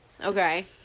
Okay